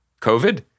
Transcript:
COVID